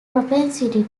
propensity